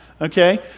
Okay